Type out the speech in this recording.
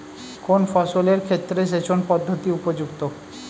কোন ফসলের ক্ষেত্রে সেচন পদ্ধতি উপযুক্ত?